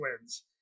wins